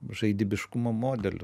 žaidybiškumo modelių